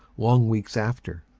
long weeks after.